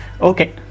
Okay